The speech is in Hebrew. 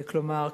כלומר,